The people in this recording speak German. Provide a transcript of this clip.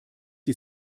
die